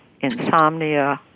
insomnia